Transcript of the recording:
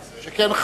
שכן,